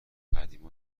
قدیما